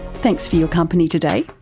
thanks for your company today,